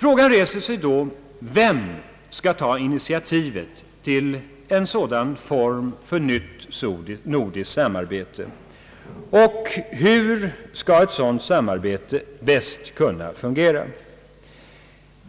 Frågan reser sig då vem som skall ta initiativet till en sådan form för nytt nordiskt samarbete och hur ett sådant samarbete bäst kan fungera.